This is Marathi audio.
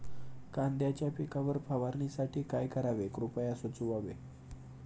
कांद्यांच्या पिकावर फवारणीसाठी काय करावे कृपया सुचवावे